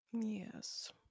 Yes